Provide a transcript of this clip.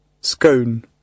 Scone